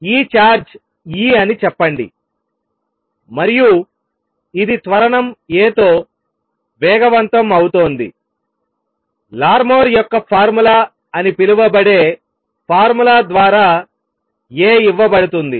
ఈ charge e అని చెప్పండి మరియు ఇది త్వరణం a తో వేగవంతం అవుతోందిలార్మోర్ యొక్క ఫార్ములా అని పిలువబడే ఫార్ములా ద్వారా a ఇవ్వబడుతుంది